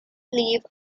leave